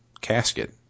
casket